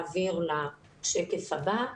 השקף הבא.